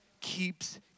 keeps